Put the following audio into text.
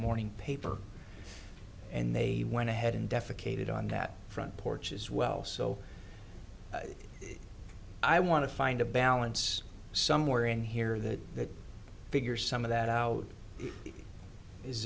morning paper and they went ahead and def akkad on that front porch as well so i want to find a balance somewhere in here that the bigger some of that out is